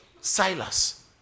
Silas